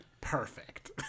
perfect